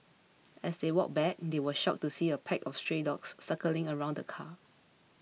as they walked back they were shocked to see a pack of stray dogs circling around the car